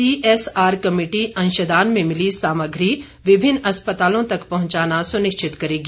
CSR committee अंशदान में मिली सामग्री विभिन्न अस्पतालों तक पहुंचाना सुनिश्चित करेगी